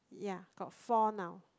ya got four now